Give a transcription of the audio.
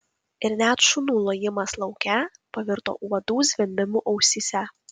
ir net šunų lojimas lauke pavirto uodų zvimbimu ausyse